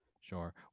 Sure